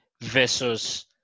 versus